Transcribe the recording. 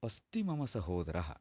अस्ति मम सहोदरः